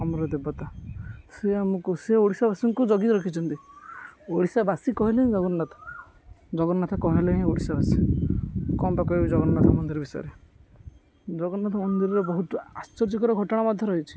ଆମର ଦେବତା ସେ ଆମକୁ ସିଏ ଓଡ଼ିଶାବାସୀଙ୍କୁ ଜଗି ରଖିଛନ୍ତି ଓଡ଼ିଶାବାସୀ କହିଲେ ହିଁ ଜଗନ୍ନାଥ ଜଗନ୍ନାଥ କହିଲେ ହିଁ ଓଡ଼ିଶାବାସୀ କଣ ବା କହିବି ଜଗନ୍ନାଥ ମନ୍ଦିର ବିଷୟରେ ଜଗନ୍ନାଥ ମନ୍ଦିରର ବହୁତ ଆଶ୍ଚର୍ଯ୍ୟକର ଘଟଣା ମଧ୍ୟ ରହିଛି